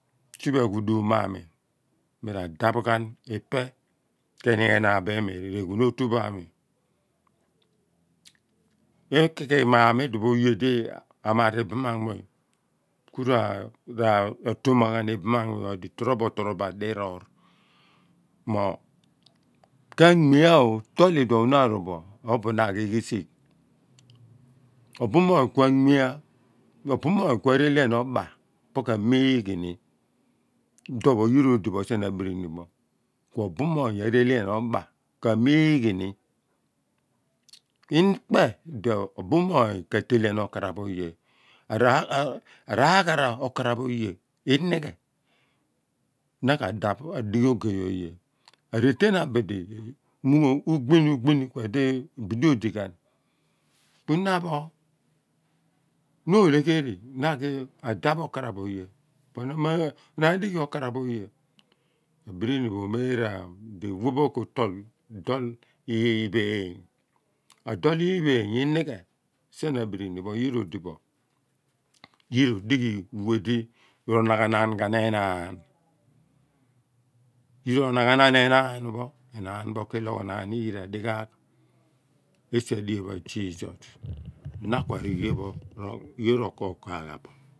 Siphe a ghuduum mo ami mi radaph ghan ipe kini ghenaa bo imi reghuun otu pho ami ekighimaam idipho oye di a maar ibaam anmuny kura kura tomaghan ibaam anmuny pho di tribo trobo adiroor mo kanmiao tool iduon na arobo oidi na aghi risigh obunmoony kuaanmea obumoony kua relian opha po ka miighi iduon pho nyira odibo sien abirinipho kuo bumoony arelian opha po ka miighi ni ikpe di obumuony keeen katelian okaraph oye. Araaghara okaraph oye inighe na ka daph a nighi ogey oye mo ugbini ugbini kuedi bidi odighan bein na pho na olegheri na a ghi adaph okaraph oye po na pho ma digh okaraph oye abirini pho omeeraam aweh kutool dool lipheeny. Adool ipheeny inghe sien abirinipho nira odibo yiya usighi whe di ronaghanaan ghaan enaan yira onagh aanaan ghan enaan bin kilogho naan iyira dighaagh esi a dien pho azisos